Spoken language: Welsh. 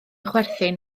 chwerthin